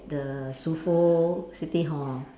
the Sufood City Hall